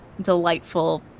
delightful